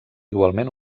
igualment